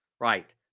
right